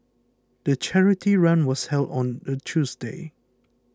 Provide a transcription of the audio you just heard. the charity run was held on a Tuesday